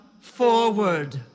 forward